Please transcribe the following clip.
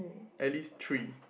at least three